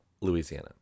Louisiana